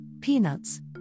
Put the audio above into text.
peanuts